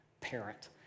parent